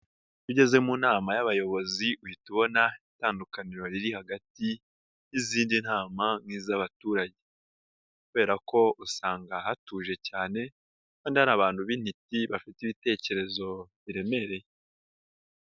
Iyo ugeze mu nama y'abayobozi uhita ubona itandukaniro riri hagati y'izindi nama nk'iz'abaturage kubera ko usanga hatuje cyane kandi hari abantu b'intiti bafite ibitekerezo biremereye.